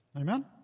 Amen